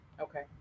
okay